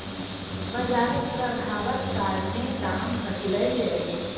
बजारक प्रभाबक कारणेँ दाम घटलै यै